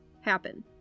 happen